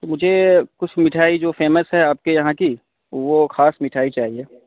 مجھے کچھ مٹھائی جو فیمس ہے آپ کے یہاں کی وہ خاص مٹھائی چاہیے